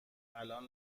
الان